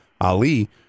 Ali